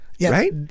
right